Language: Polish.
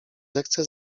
zechce